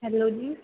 hello ਜੀ